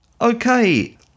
Okay